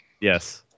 Yes